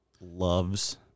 loves